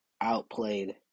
outplayed